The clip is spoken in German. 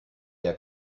der